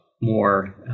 more